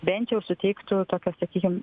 bent jau suteiktų tokias sakykim